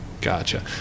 Gotcha